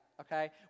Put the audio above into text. okay